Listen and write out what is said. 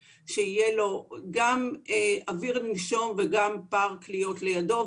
לתושבי חיפה מגיעה אוויר לנשום ופארק להיות לידו.